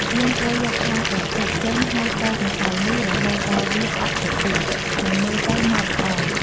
យើងត្រូវយកថង់ផ្លាស្ទិកចេញ ហើយកូរម្សៅនោះរហូតដល់វាអស់ពពុះ និងមើលទៅម៉ដ្ឋល្អ។